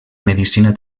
medicina